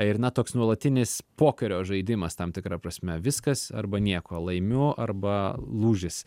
ir na toks nuolatinis pokerio žaidimas tam tikra prasme viskas arba nieko laimiu arba lūžis